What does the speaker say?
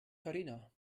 karina